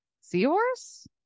seahorse